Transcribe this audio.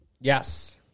Yes